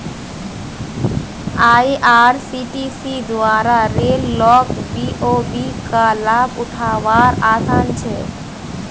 IRCTC द्वारा रेल लोक बी.ओ.बी का लाभ उठा वार आसान छे